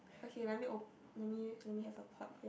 okay let me op~ let me let me have a pot here